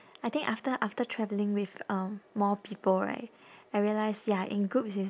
I think after after travelling with um more people right I realise ya in groups is